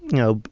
you know,